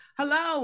hello